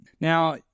now